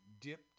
dipped